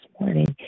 morning